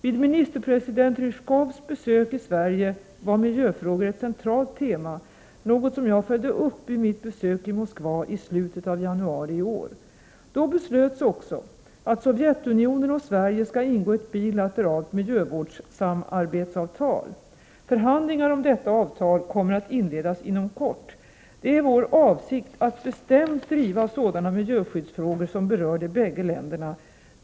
Vid ministerpresident Ryzjkovs besök i Sverige var miljöfrågor ett centralt tema, något som jag följde upp vid mitt besök i Moskva i slutet av januari i år. Då beslöts också att Sovjetunionen och Sverige skall ingå ett bilateralt miljövårdssamarbetsavtal. Förhandlingar om detta avtal kommer att inledas inom kort. Det är vår avsikt att bestämt driva sådana miljöskyddsfrågor som berör de bägge länderna.